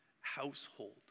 household